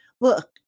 look